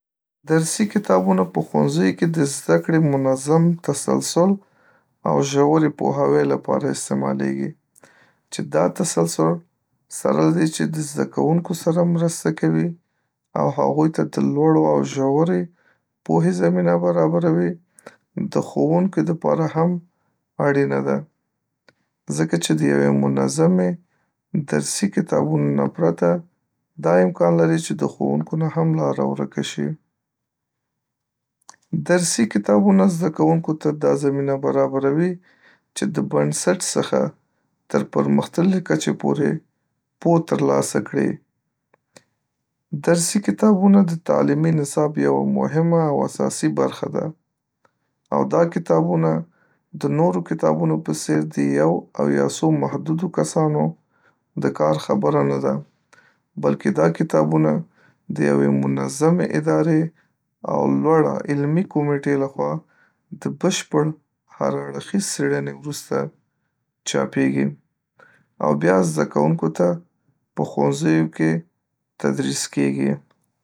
درسي کتابونه په ښوونځیو کې د زده کړي منظمه تسلسل او ژوري پوهاوی لپاره استعمالیږي چې دا تسلسل سره لدې چې د زده کونکي سره مرسته کوي او هغوی ته د لوړو او ژورې پوهي زمینه برابرو د ښونکو د پاره هم اړینه ده ځکه چې د یوې منظمي درسي کتابونو نه پرته دا امکان لري چې د ښوونکو نه هم لاره ورکه شي. درسي کتابونه زده کوونکو ته دا زمینه برابروي چې د بنسټ څخه تر پرمختللي کچې پوري پوه ترلاسه کړي. درسي کتابونه د تعلیمي نصاب یوه مهمه او اساسي برخه ده او دا کتابونه د نور کتابونو په څیر د یو او یا څو محدودو کسانو د کار خبره ده بلکې دا کتابونه د یوې منظمې اداري او لوړ علمي کمیټي لخوا د بشپړ هر اړخیز څیړني وروسته چاپیږي او بیا زده کوونکيو ته په ښوونځیو کې تدریس کیږي.